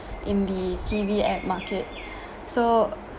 in the T_V ad market so